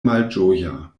malĝoja